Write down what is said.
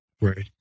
Right